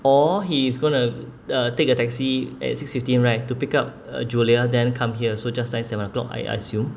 or he is going to uh take a taxi at six fifteen right to pick up uh julia then come here so just nice seven o'clock I assume